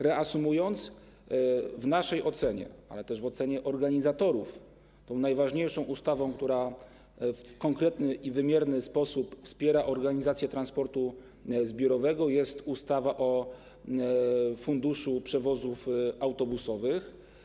Reasumując, chcę powiedzieć, że w naszej ocenie, ale też w ocenie organizatorów, tą najważniejszą ustawą, która w konkretny i wymierny sposób wspiera organizację transportu zbiorowego, jest ustawa o funduszu przewozów autobusowych.